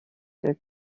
que